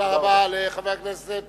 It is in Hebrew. תודה רבה לחבר הכנסת